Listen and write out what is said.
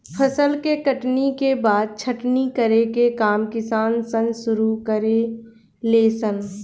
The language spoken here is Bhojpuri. फसल के कटनी के बाद छटनी करे के काम किसान सन शुरू करे ले सन